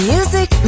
Music